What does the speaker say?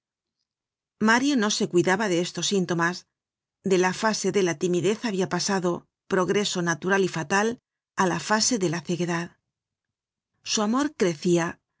mario no se cuidaba de estos síntomas de la fase de la timidez habia pasado progreso natural y fatal á la fase de la ceguedad su amor crecia